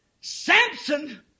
Samson